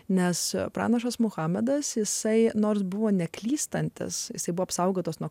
nes pranašas muhamedas jisai nors buvo neklystantis jisai buvo apsaugotos nuo